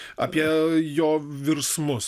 apie jo virsmus